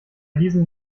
diesen